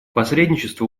посредничество